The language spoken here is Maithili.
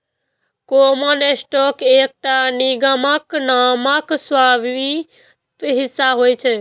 कॉमन स्टॉक एकटा निगमक मानक स्वामित्व हिस्सा होइ छै